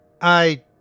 I